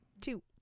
two